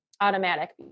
automatic